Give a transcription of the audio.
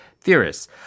theorists